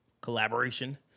collaboration